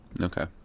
Okay